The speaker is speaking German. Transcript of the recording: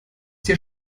dir